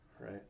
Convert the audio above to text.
right